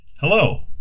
Hello